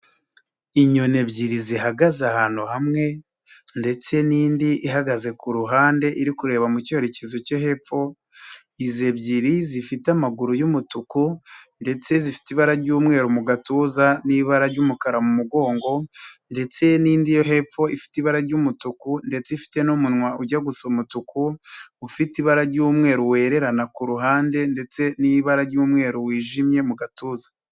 Inyoni ebyiri zihagaze ahantu hamwe ndetse n'indi ihagaze ku ruhande iri kureba mu cyerekezo cyo hepfo, izi ebyiri zifite amaguru y'umutuku ndetse zifite ibara ry'umweru mu gatuza n'ibara ry'umukara mu mugongo ndetse n'indi yo hepfo ifite ibara ry'umutuku ndetse ifite n'umunwa ujya gusoma umutuku ufite ibara ry'umweru wererana ku ruhande ndetse n'ibara ry'umweru wijimye mu gatuza.